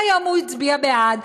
כיום הוא הצביע בעד,